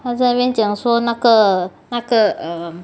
他在那边讲说 err 那个那个